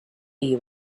you